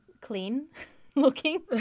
clean-looking